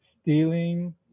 stealing